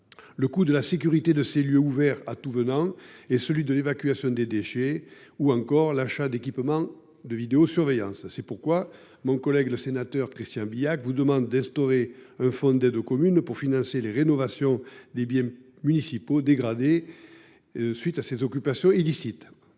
le coût de la sécurité de ces lieux ouverts au tout venant et celui de l’évacuation des déchets – ou encore, l’achat d’équipement de vidéosurveillance. C’est pourquoi mon collègue sénateur Christian Bilhac vous demande d’instaurer un fonds d’aide aux communes pour financer les rénovations des biens municipaux dégradés à la suite de ce type d’occupations illicites.